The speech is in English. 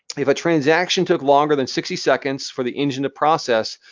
if a transaction took longer than sixty seconds for the engine to process,